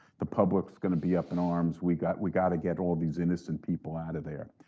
the public's going to be up in arms, we got we got to get all these innocent people out of there.